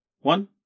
one